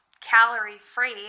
calorie-free